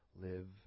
live